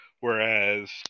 whereas